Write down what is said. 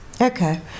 Okay